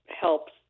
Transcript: helps